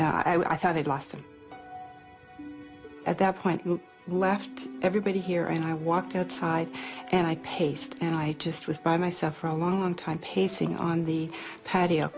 i'd lost him at that point we left everybody here and i walked outside and i paced and i just was by myself for a long time pacing on the patio